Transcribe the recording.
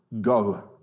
go